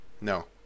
No